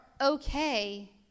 okay